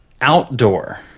Outdoor